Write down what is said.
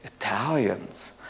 Italians